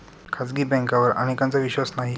खाजगी बँकांवर अनेकांचा विश्वास नाही